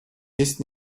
есть